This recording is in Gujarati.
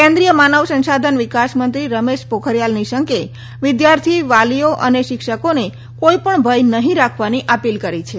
કેન્દ્રીય માનવ સંસાધાન વિકાસમંત્રી રમેશ પોખરીયાલ નિશંકે વિદ્યાર્થી વાલીઓ અને શિક્ષકોને કોઈપણ ભય નહીં રાખવાની અપીલ કરી છે